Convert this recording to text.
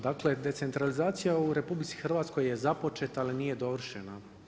Dakle decentralizacija u RH je započeta ali nije dovršena.